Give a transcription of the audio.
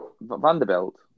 Vanderbilt